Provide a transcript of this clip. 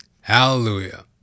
Hallelujah